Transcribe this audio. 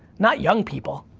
not young people.